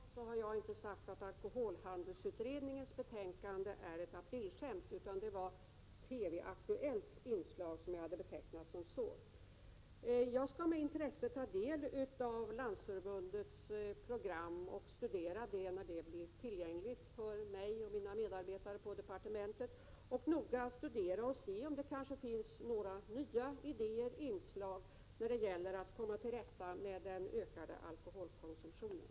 Herr talman! För att undvika allt missförstånd vill jag framhålla att jag inte har sagt att alkoholhandelsutredningens betänkande är ett aprilskämt, utan det var TV-Aktuellts inslag som jag betecknade på det sättet. Jag skall med intresse ta del av Landsförbundets program och studera det när det blir tillgängligt för mig och mina medarbetare på departementet. Vi skall noga undersöka om det finns några nya idéer och inslag när det gäller att komma till rätta med den ökade alkoholkonsumtionen.